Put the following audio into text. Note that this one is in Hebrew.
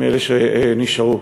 אלה שנשארו,